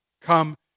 Come